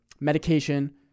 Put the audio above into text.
medication